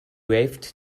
waved